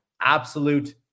absolute